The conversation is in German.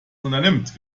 unternimmt